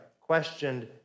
questioned